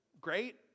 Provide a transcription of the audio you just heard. great